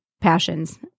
passions